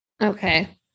Okay